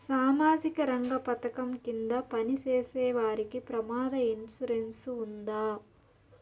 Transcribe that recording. సామాజిక రంగ పథకం కింద పని చేసేవారికి ప్రమాద ఇన్సూరెన్సు ఉందా?